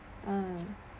uh